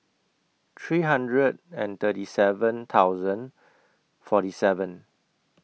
three hundred and thirty seven thousand forty seven